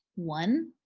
one,